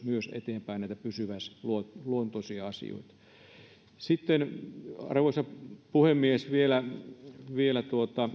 myös näitä pysyväisluontoisia asioita arvoisa puhemies sitten vielä